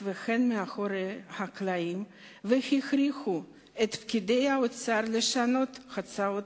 והן מאחורי הקלעים והכריחו את פקידי האוצר לשנות את הצעת